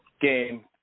game